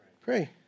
pray